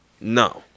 No